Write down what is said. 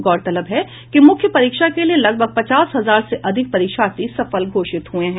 गौरतलब है कि मुख्य परीक्षा के लिए लगभग पचास हजार से अधिक परीक्षार्थी सफल घोषित हुये हैं